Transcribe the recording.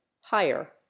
higher